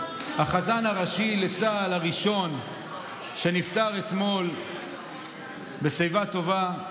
החזן הראשי לצה"ל הראשון, שנפטר אתמול בשיבה טובה,